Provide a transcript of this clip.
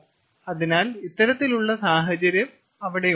അതിനാൽ ഇത്തരത്തിലുള്ള സാഹചര്യം അവിടെയുണ്ടാകാം